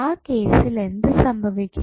ആ കേസിൽ എന്തു സംഭവിക്കും